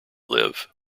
live